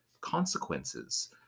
consequences